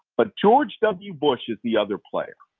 but george w. bush is the other player.